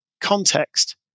context